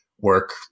work